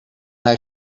hij